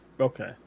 Okay